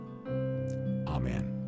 Amen